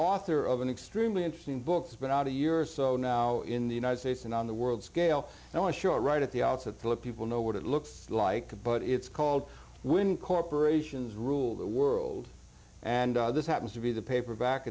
author of an extremely interesting books but out a year or so now in the united states and on the world scale and i'm sure right at the outset people know what it looks like but it's called when corporations rule the world and this happens to be the paperback